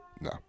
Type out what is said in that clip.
No